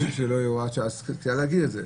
קל להגיד את זה.